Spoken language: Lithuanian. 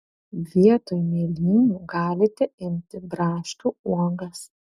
vietoj mėlynių galite imti braškių uogas